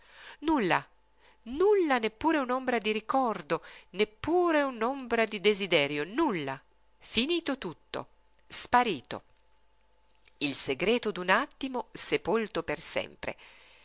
nulla nulla neppure un'ombra di ricordo neppure un'ombra di desiderio nulla finito tutto sparito il segreto d'un attimo sepolto per sempre